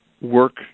work